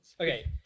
Okay